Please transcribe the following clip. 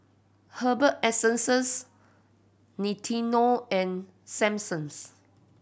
Herbal Essences Nintendo and